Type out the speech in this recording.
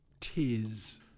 tis